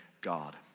god